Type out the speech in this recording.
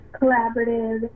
collaborative